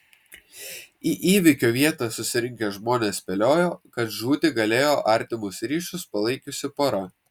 į įvykio vietą susirinkę žmonės spėliojo kad žūti galėjo artimus ryšius palaikiusi pora